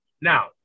Now